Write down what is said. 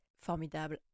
formidable